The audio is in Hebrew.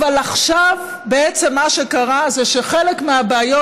אבל עכשיו מה שקרה זה שחלק מהבעיות